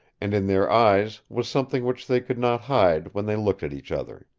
and in their eyes was something which they could not hide when they looked at each other.